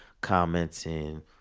commenting